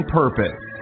purpose